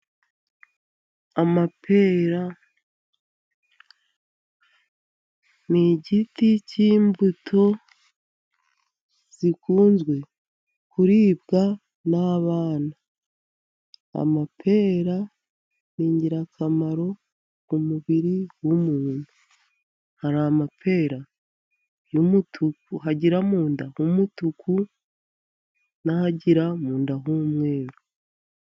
Amapera ni igiti cy'imbuto zikunzwe kuribwa n'abana. Amapera ni ingirakamaro ku mubiri w'umuntu, hari amapera agira mu nda h'umutuku, n'ayagira mu nda h'umweru.